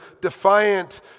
defiant